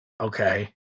Okay